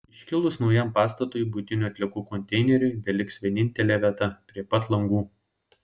iškilus naujam pastatui buitinių atliekų konteineriui beliks vienintelė vieta prie pat langų